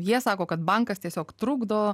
jie sako kad bankas tiesiog trukdo